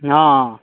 हँ